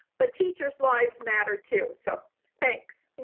but teacher's lives matter too. so thanks.